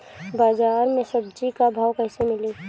बाजार मे सब्जी क भाव कैसे मिली?